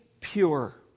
pure